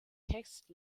text